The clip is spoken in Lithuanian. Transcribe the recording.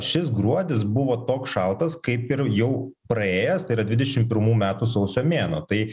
šis gruodis buvo toks šaltas kaip ir jau praėjęs tai yra dvidešim pirmų metų sausio mėnuo tai